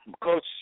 Coach